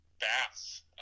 bass